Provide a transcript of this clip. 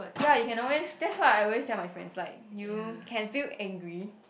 ya you can always that's what I always tell my friends like you can feel angry